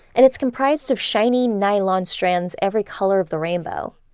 and it's comprised of shiny nylon strands, every color of the rainbow.